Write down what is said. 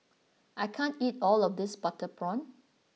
I can't eat all of this Butter Prawn